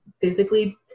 physically